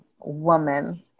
woman